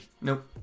Nope